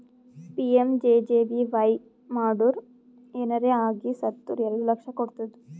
PMJJBY ಮಾಡುರ್ ಏನರೆ ಆಗಿ ಸತ್ತುರ್ ಎರಡು ಲಕ್ಷ ಕೊಡ್ತುದ್